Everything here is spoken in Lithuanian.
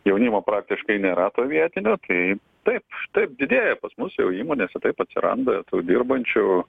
jaunimo praktiškai nėra to vietinio tai taip taip didėja pas mus jau įmonėse taip atsiranda dirbančių